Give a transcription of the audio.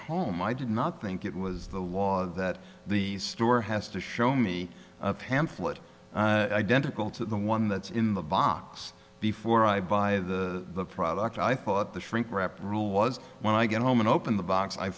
home i did not think it was the law that the store has to show me a pamphlet identical to the one that's in the box before i buy the product i thought the shrinkwrap rule was when i got home and opened the box i